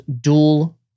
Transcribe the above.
Dual